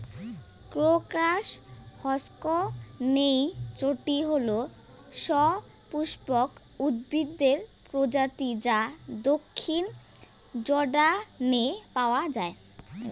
crocus হসকনেইচটি হল সপুষ্পক উদ্ভিদের প্রজাতি যা দক্ষিণ জর্ডানে পাওয়া য়ায়